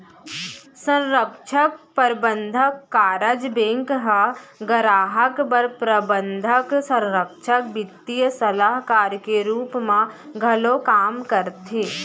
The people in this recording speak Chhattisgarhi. संरक्छक, परबंधक, कारज बेंक ह गराहक बर प्रबंधक, संरक्छक, बित्तीय सलाहकार के रूप म घलौ काम करथे